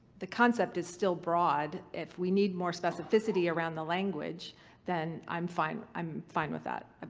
the concept is still broad. if we need more specificity around the language then i'm fine i'm fine with that. ah